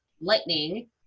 lightning